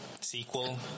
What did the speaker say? sequel